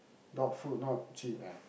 dog food not cheap eh